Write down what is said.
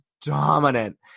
dominant